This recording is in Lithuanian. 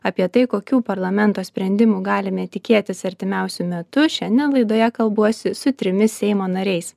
apie tai kokių parlamento sprendimų galime tikėtis artimiausiu metu šiandien laidoje kalbuosi su trimis seimo nariais